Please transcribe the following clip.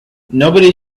nobody